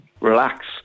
relax